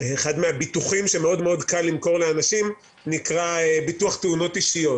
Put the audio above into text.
אחד מהביטוחים שמאוד קל למכור לאנשים נקרא ביטוח תאונות אישיות.